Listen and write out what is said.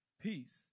peace